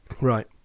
Right